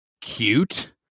cute